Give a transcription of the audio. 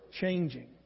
changing